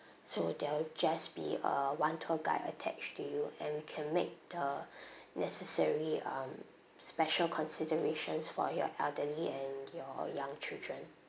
so there'll just be uh one tour guide attached to you and we can make the necessary um special considerations for your elderly and your young children